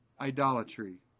idolatry